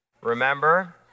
remember